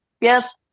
Yes